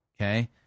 okay